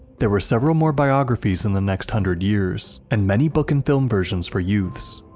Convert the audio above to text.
there were several more biographies in the next hundred years, and many book and film versions for youths.